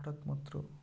হওয়া মাত্র